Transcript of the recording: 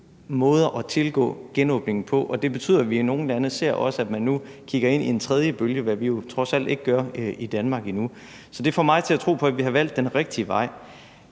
måder at tilgå genåbningen på. Det betyder, at vi i nogle lande ser, at man nu kigger ind i en tredje bølge, hvad vi jo trods alt ikke gør i Danmark endnu. Så det får mig til at tro på, at vi har valgt den rigtige vej.